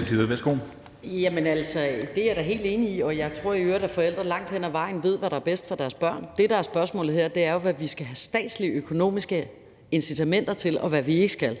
Rosenkrantz-Theil): Jamen altså, det er jeg da helt enig i, og jeg tror i øvrigt, at forældre langt hen ad vejen ved, hvad der er bedst for deres børn. Det, der er spørgsmålet her, er jo, hvad vi skal have statslige økonomiske incitamenter til, og hvad vi ikke skal,